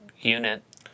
unit